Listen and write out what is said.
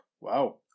Wow